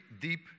deep